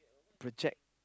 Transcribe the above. to check